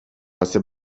واسه